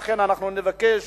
לכן אנחנו נבקש